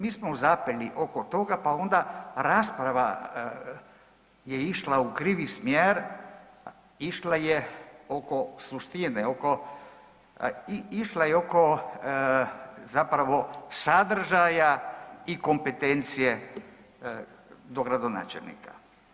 Mi smo zapeli oko toga, pa onda rasprava je išla u krivi smjer, išla je oko suštine, oko i išla je oko zapravo sadržaja i kompetencije dogradonačelnika.